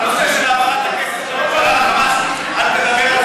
על הנושא של העברת הכסף לחמאס אל תדבר,